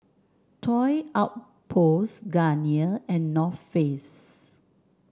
Toy Outpost Garnier and North Face